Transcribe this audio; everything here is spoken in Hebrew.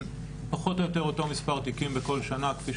ופחות או יותר אותו מספר תיקים בכל שנה כפי